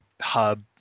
hub